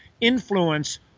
influence